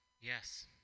Yes